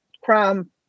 crime